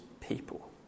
people